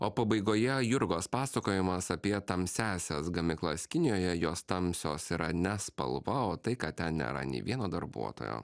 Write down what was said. o pabaigoje jurgos pasakojimas apie tamsiąsias gamyklas kinijoje jos tamsios yra ne spalva o tai kad ten nėra nei vieno darbuotojo